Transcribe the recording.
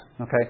Okay